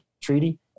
treaty